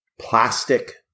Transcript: plastic